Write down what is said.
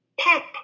pop